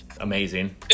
Amazing